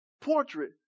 portrait